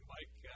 Mike